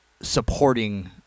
supporting